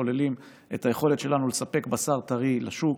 שכוללים את היכולת שלנו לספק בשר טרי לשוק,